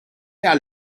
are